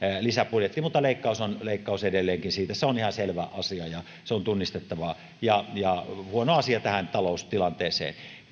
lisäbudjettiin mutta leikkaus on leikkaus edelleenkin se on ihan selvä asia ja se on tunnustettava ja se on huono asia tähän taloustilanteeseen